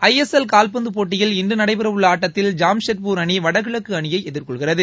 ஐ S L காவ்பந்து போட்டியில் இன்று நடைபெறவுள்ள ஆட்டத்தில் ஜாம்செட்பூர் அணி வடகிழக்கு அணியை எதிர்கொள்கிறது